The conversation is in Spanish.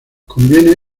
conviene